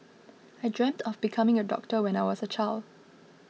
I dreamt of becoming a doctor when I was a child